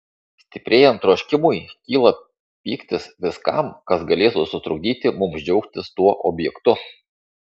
stiprėjant troškimui kyla pyktis viskam kas galėtų sutrukdyti mums džiaugtis tuo objektu